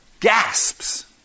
Gasps